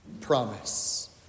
promise